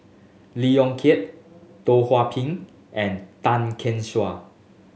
Lee Yong Kiat Teo Ho Pin and Tan Gek Suan